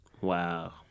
Wow